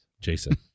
jason